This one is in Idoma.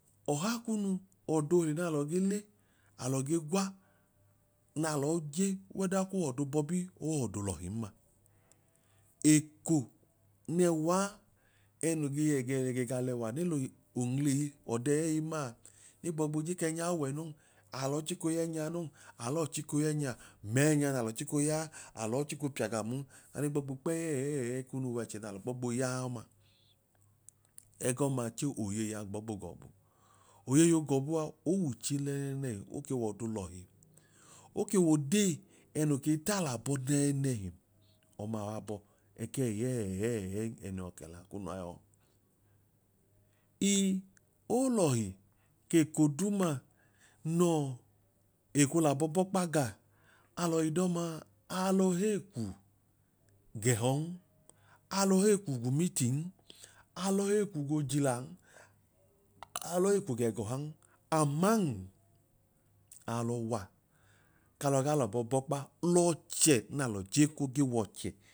Ọha kunu ọdọhi n'alọ ge le alọ ge gwa n'alọ ije wheather ko w'ọdobọbi owọdolọhi ma, eko nuwa ẹnoo ge yẹ ge yẹ gẹ ga lẹwa ne l'onwuleyi ọdẹ yẹẹyẹi maa egbọọ gboo je kẹnyaa wẹnon, alọọ chiko yẹẹnya non, alọọ chiko yẹẹnyamẹẹnya n'alọọ chiko yaa, alọọ chiko pia ga mun ane gbọọ gboo kpẹyẹẹyẹẹyẹi kunu w'ẹchẹ n'alọ gbọọ gboo ya ọma, ẹgọma chẹẹ oyeyi a gbọọ gboo gọbu. Oyeyi ogọbua owuche nẹẹnẹhi oke w'ọdo olọhi, oke w'odee ẹnoo ke taalọabọ nẹẹnẹhi ọma waa bọọ ẹkẹẹyẹẹyẹẹyẹi ẹnun yọi kẹla kunua yọọ. Ii olọhi keko duuma nọọ ekoolabọ bọkpa gaa alọ idọmaa alọ hee kwu gẹhọn, alọ hee kwu gu meeting n, alọ hee ku goojilan, alọ hee kunu gẹẹgọhan aman alọ waak'alọ gaa l'abọkpa l'ọchọ nalọ je ko w'ọchẹa